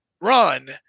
run